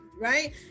right